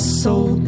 soul